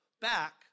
back